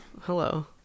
hello